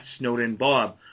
SnowdenBob